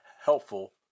helpful